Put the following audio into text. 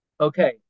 Okay